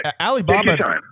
Alibaba